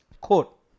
Quote